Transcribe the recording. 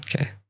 okay